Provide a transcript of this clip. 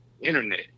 Internet